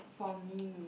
for me